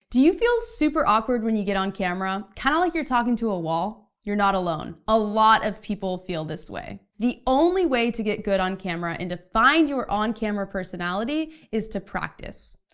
do you feel super awkward when you get on camera, kinda like you're talking to a wall? you're not alone. a lot of people feel this way. the only way to get good on camera and to find your on-camera personality is to practice,